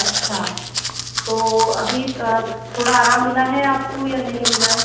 अच्छा तो अभी थोड़ा आराम मिला है आप को या नहीं मिला है